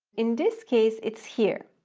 in this case, it's here.